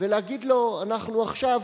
ולהגיד לו: אנחנו עכשיו